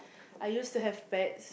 I use to have pets